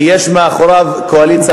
כי יש מאחוריו קואליציה רחבה,